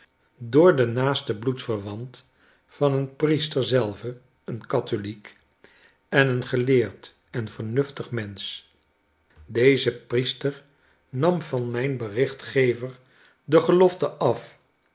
door den naasten bloedverwant van een priester zelven een katholiek en een geleerd en vernuftig mensch deze priester nam van mijn berichtgever de belofte af